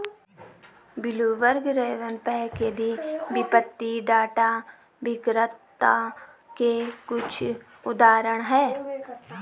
Bloomberg, RavenPack आदि वित्तीय data विक्रेता के कुछ उदाहरण हैं